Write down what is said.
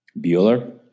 Bueller